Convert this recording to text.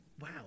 wow